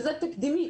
שזה משהו תקדימי.